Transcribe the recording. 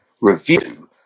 review